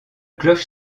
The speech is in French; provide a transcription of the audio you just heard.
cloche